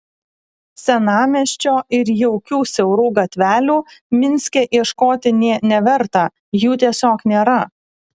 senamiesčio ir jaukių siaurų gatvelių minske ieškoti nė neverta jų tiesiog nėra